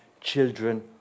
children